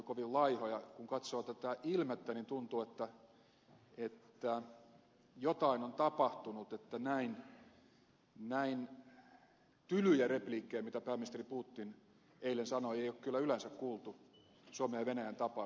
kun katsoo tätä ilmettä niin tuntuu että jotain on tapahtunut koska näin tylyjä repliikkejä mitä pääministeri putin eilen sanoi ei ole kyllä yleensä kuultu suomen ja venäjän tapaamisista